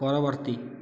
ପରବର୍ତ୍ତୀ